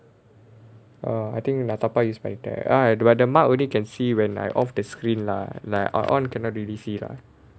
orh I think I நான் தப்பா:naan thappa use பண்ணிட்டேன் pannittaen ah but the mark only can see when I off the screen lah like or~ on cannot really see lah